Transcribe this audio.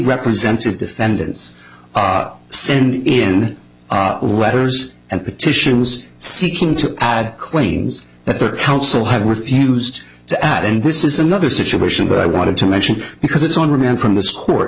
represented defendants send in letters and petitions seeking to add claims that the council had refused to add and this is another situation but i want to mention because it's on remand from the score